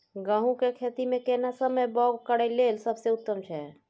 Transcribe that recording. गहूम के खेती मे केना समय बौग करय लेल सबसे उत्तम छै?